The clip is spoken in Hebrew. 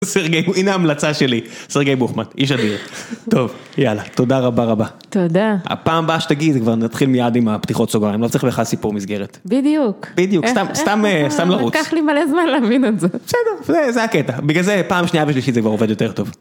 הנה המלצה שלי, סרגי בוחמד, איש אדיר, טוב, יאללה, תודה רבה רבה. תודה. הפעם הבאה שתגיעי, זה כבר נתחיל מיד עם הפתיחות סוגריים, לא צריך בכלל סיפור מסגרת. בדיוק. בדיוק, סתם לרוץ. לקח לי מלא זמן להבין את זה. בסדר, זה הקטע, בגלל זה פעם שנייה ושלישית זה כבר עובד יותר טוב.